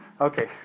Okay